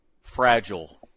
fragile